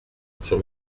sur